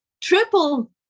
Triple